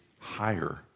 higher